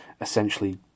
essentially